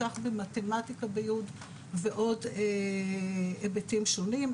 כך במתמטיקה ב-י' ועוד היבטים שונים.